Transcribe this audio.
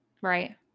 right